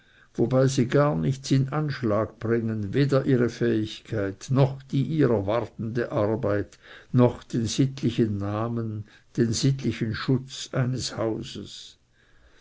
wobei sie gar nichts in anschlag bringen weder ihre fähigkeit noch die ihrer wartende arbeit noch den sittlichen namen den sittlichen schutz eines hauses